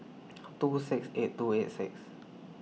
two six eight two eight six